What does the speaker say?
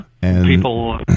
People